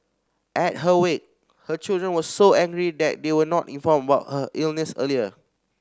at her wake her children were so angry that they were not informed about her illness earlier